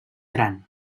gran